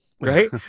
right